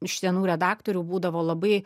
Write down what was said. iš senų redaktorių būdavo labai